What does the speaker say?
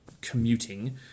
commuting